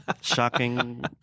Shocking